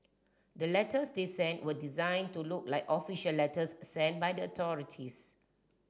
the letters they sent were designed to look like official letters sent by the authorities